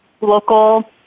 local